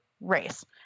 race